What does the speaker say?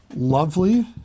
lovely